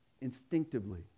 instinctively